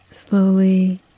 Slowly